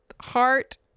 heart